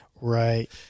Right